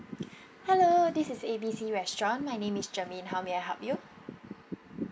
hello this is A B C restaurant my name is germaine how may I help you